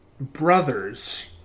brothers